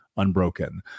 Unbroken